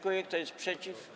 Kto jest przeciw?